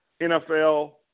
NFL